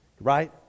Right